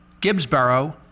Gibbsboro